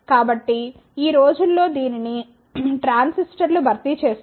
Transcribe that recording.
కాబట్టి ఈ రోజుల్లో దీనిని ట్రాన్సిస్టర్ లు భర్తీ చేస్తాయి